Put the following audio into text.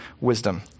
wisdom